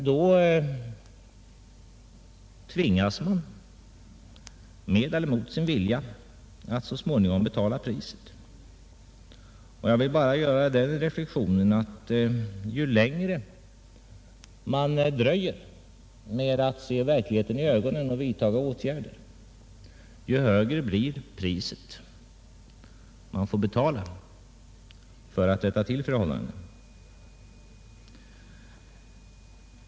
Då tvingas man — med eller mot sin vilja — att så småningom betala priset. Jag vill bara göra den reflexionen att ju längre man dröjer med att se verkligheten i ögonen och vidta åtgärder, ju högre blir priset man får betala för att rätta till förhållandena.